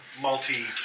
multi